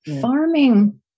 farming